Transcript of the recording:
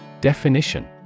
Definition